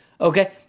okay